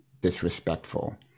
disrespectful